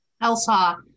ELSA